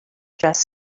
dress